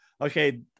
Okay